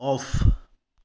off